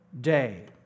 Day